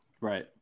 Right